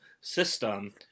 system